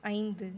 ஐந்து